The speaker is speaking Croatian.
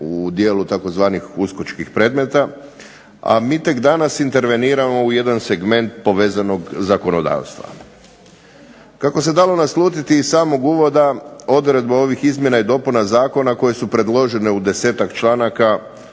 u dijelu tzv. uskočkih predmeta, a mi tek danas interveniramo u jedan segment povezanog zakonodavstva. Kako se dalo naslutiti iz samog uvoda odredbe ovih izmjena i dopuna zakona koje su predložene u desetak članaka